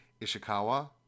Ishikawa